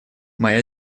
моя